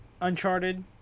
uncharted